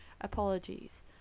Apologies